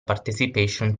participation